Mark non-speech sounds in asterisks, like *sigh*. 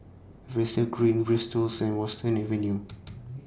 *unintelligible* Green Vristols and Western Avenue *noise*